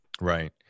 Right